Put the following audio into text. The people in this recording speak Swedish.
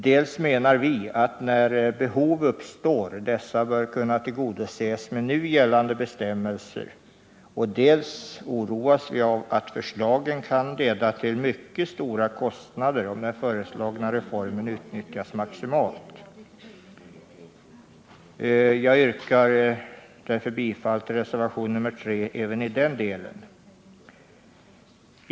Dels menar vi att när behov uppstår bör dessa kunna tillgodoses med nu gällande bestämmelser, dels oroas vi av att förslagen kan leda till mycket stora kostnader, om den föreslagna reformen utnyttjas maximalt. Jag yrkar bifall till reservationen 3 även i denna del.